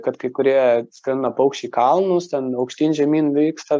kad kai kurie skrenda paukščiai į kalnus ten aukštyn žemyn vyksta